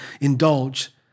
indulge